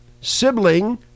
sibling